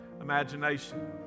imagination